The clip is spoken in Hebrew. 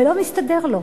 ולא מסתדר לו,